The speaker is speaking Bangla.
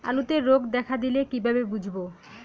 আলুতে রোগ দেখা দিলে কিভাবে বুঝবো?